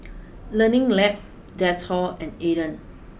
learning Lab Dettol and Aden